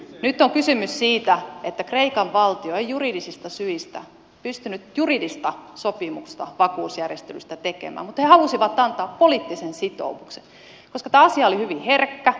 nyt on kysymys siitä että kreikan valtio ei juridisista syistä pystynyt juridista sopimusta vakuusjärjestelystä tekemään mutta he halusivat antaa poliittisen sitoumuksen koska tämä asia oli hyvin herkkä